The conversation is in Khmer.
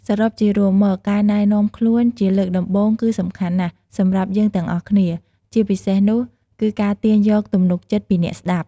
សរុបជារួមមក ការណែនាំខ្លួនជាលើកដំបូងគឺសំខាន់ណាស់សម្រាប់យើងទាំងអស់គ្នា ជាពិសេសនោះគឺការទាញយកទំនុកចិត្តពីអ្នកស្ដាប់។